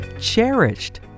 cherished